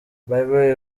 bible